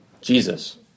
Jesus